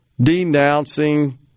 denouncing